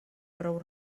prou